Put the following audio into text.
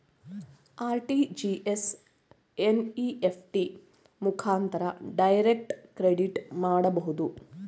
RTGS, NEFT ಮುಖಾಂತರ direct credit ಮಾಡಬಹುದು